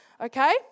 okay